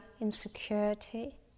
insecurity